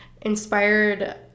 Inspired